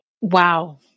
wow